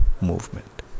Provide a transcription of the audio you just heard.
movement